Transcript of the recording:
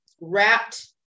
wrapped